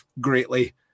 greatly